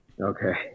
Okay